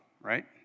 right